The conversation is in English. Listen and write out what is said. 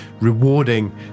rewarding